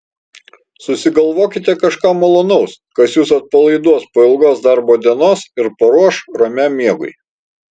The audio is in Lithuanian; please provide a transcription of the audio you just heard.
susigalvokite kažką malonaus kas jus atpalaiduos po ilgos darbo dienos ir paruoš ramiam miegui